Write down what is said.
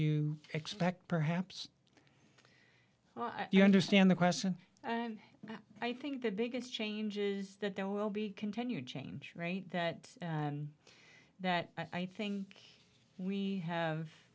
you expect perhaps well you understand the question and i think the biggest changes that there will be continued change right that that i think we have